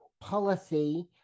policy